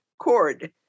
cord